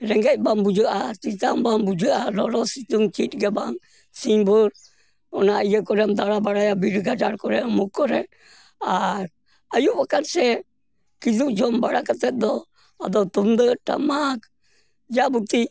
ᱨᱮᱸᱜᱮᱡ ᱵᱟᱝ ᱵᱩᱡᱷᱟᱹᱜᱼᱟ ᱛᱮᱛᱟᱜ ᱵᱟᱝ ᱵᱩᱡᱷᱟᱹᱜᱼᱟ ᱞᱚᱞᱚ ᱥᱤᱛᱩᱝ ᱪᱮᱫ ᱜᱮ ᱵᱟᱝ ᱥᱤᱝᱵᱷᱳᱨ ᱚᱱᱟ ᱤᱭᱟᱹ ᱠᱚᱨᱮᱢ ᱫᱟᱬᱟ ᱵᱟᱲᱟᱭᱟ ᱵᱤᱨ ᱜᱟᱡᱟᱲ ᱠᱚᱨᱮ ᱚᱢᱩᱠ ᱠᱚᱨᱮ ᱟᱨ ᱟᱭᱩᱵ ᱟᱠᱟᱱ ᱥᱮ ᱠᱤᱫᱩᱵ ᱡᱚᱢ ᱵᱟᱲᱟ ᱠᱟᱛᱮ ᱫᱚ ᱟᱫᱚ ᱛᱩᱢᱫᱟᱹᱜ ᱴᱟᱢᱟᱠ ᱡᱟᱵᱩᱛᱤ